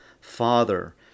Father